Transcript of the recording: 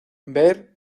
ver